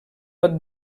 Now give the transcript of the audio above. pot